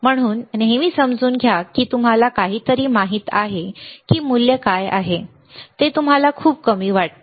म्हणून नेहमी समजून घ्या की तुम्हाला काहीतरी माहित आहे की मूल्य काय आहे ते तुम्हाला खूप कमी वाटते